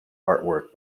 artwork